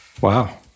Wow